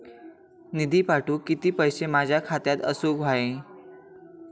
निधी पाठवुक किती पैशे माझ्या खात्यात असुक व्हाये?